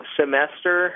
semester